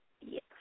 yes